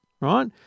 right